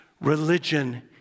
religion